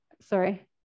sorry